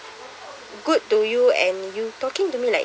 good to you and you talking to me like